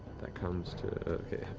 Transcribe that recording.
that comes to